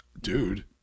Dude